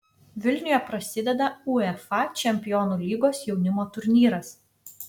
vilniuje prasideda uefa čempionų lygos jaunimo turnyras